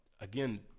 Again